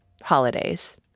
holidays